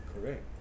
correct